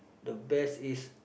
the best is